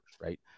Right